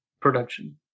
production